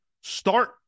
start